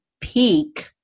peak